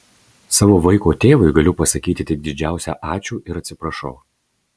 savo vaiko tėvui galiu pasakyti tik didžiausią ačiū ir atsiprašau